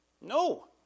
No